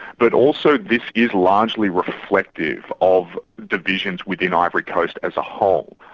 but also this is largely reflective of divisions within ivory coast as a whole.